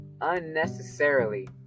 unnecessarily